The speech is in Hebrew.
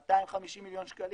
250 מיליון שקלים.